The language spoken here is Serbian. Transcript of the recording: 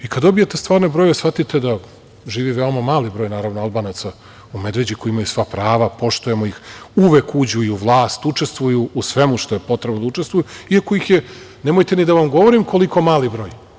I, kada dobijete stvarne brojeve, shvatite da živi veoma mali broj Albanaca u Medveđi koji imaju sva prava, poštujemo ih, uvek uđu i u vlast, učestvuju u svemu što je potrebno da učestvuju, iako ih je nemojte ni da vam govorim koliko mali broj.